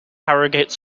harrogate